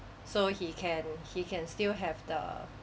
so he can he can still have the